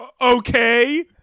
Okay